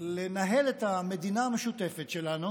לנהל את המדינה המשותפת שלנו,